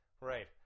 Right